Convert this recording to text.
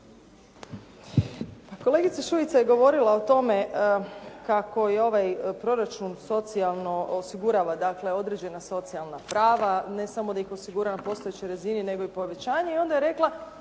Kolegica Šuica je govorila o tome kako je ovaj proračun socijalno osigurava dakle određena socijalna prava, ne samo da ih osigurava na postojećoj razini nego i povećanje i onda je rekla